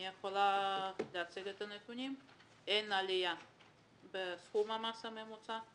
אני יכולה להציג את הנתונים שמראים שאין עלייה בתחום המס הממוצע,